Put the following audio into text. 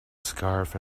scarf